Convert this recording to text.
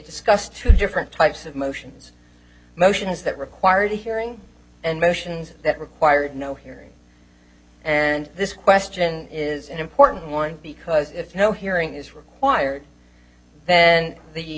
discussed two different types of motions motions that required hearing and motions that required no hearing and this question is an important one because if no hearing is required then the